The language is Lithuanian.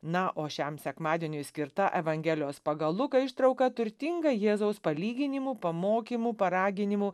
na o šiam sekmadieniui skirta evangelijos pagal luką ištrauka turtinga jėzaus palyginimų pamokymų paraginimų